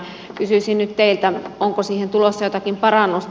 kysyisin nyt teiltä onko siihen tulossa jotakin parannusta